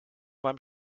beim